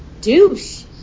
douche